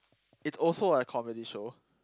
it's also a comedy show